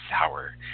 sour